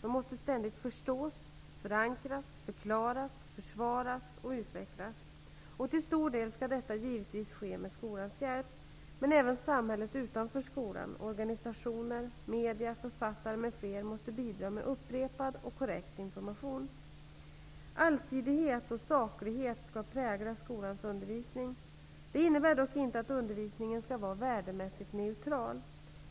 De måste ständigt förstås, förankras, förklaras, försvaras och utvecklas. Till stor del skall detta givetvis ske med skolans hjälp. Men även samhället utanför skolan, organisationer, media, författare m.fl. måste bidra med upprepad och korrekt information. Allsidighet och saklighet skall prägla skolans undervisning. Detta innebär dock inte att undervisningen skall vara värdemässigt neutral.